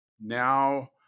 now